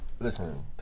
listen